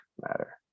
matter